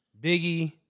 Biggie